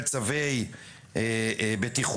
של צווי בטיחות,